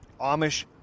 Amish